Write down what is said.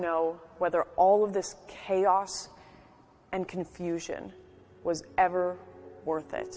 know whether all of this chaos and confusion was ever worth it